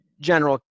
general